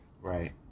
right